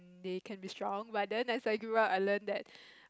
they can be strong but then as I grew up I learn that